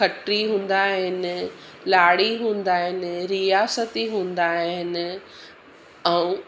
खत्री हूंदा आहिनि लाड़ी हूंदा आहिनि रियासती हूंदा आहिनि ऐं